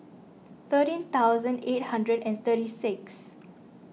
thirteen thousand eight hundred and thirty six